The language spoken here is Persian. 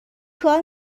کار